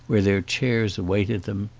where their chairs awaited them.